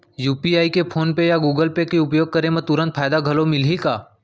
UPI के PhonePe या Google Pay के उपयोग करे म तुरंत फायदा घलो मिलही का?